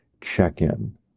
check-in